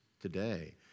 today